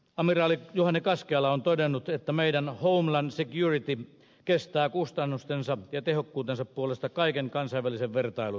amiraali juhani kaskeala on todennut että meidän homeland security kestää kustannustensa ja tehokkuutensa puolesta kaiken kansainvälisen vertailun